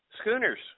Schooners